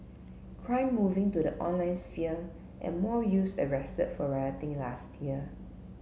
crime moving to the online sphere and more youths arrested for rioting last year